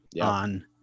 on